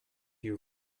you